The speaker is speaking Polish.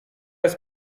jest